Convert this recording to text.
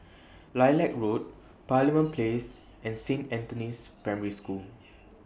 Lilac Road Parliament Place and Saint Anthony's Primary School